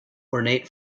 ornate